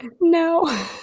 No